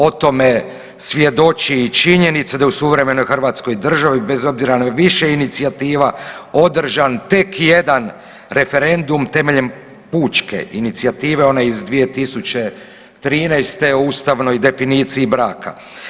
O tome svjedoči i činjenica da u suvremenoj hrvatskoj državi bez obzira na više inicijativa održan tek jedan referendum temeljem pučke inicijative onaj iz 2013. o ustavnoj definiciji braka.